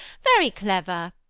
very clever.